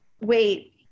Wait